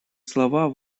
слова